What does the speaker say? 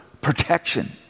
protection